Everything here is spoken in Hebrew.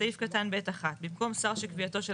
בסעיף קטן ב' (1) במקום שר שקביעתו של